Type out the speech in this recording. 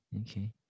okay